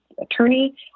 attorney